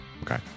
Okay